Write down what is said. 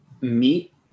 meet